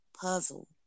puzzle